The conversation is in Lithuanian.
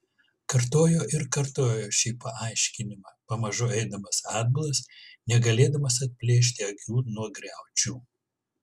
kartojo ir kartojo šį paaiškinimą pamažu eidamas atbulas negalėdamas atplėšti akių nuo griaučių